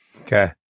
Okay